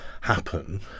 happen